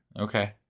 Okay